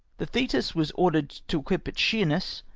the thetis was ordered to equip at sheerness,